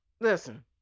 Listen